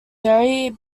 derry